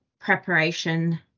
preparation